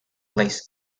placed